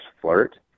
flirt